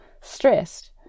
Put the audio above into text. stressed